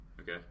Okay